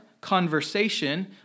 conversation